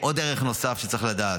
דרך נוספת שצריך לדעת: